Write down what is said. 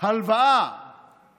הלוואה